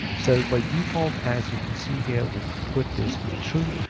so by default, as you can see here, we've put this on true.